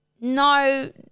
No